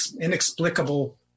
inexplicable